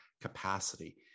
capacity